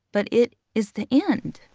but it is the end.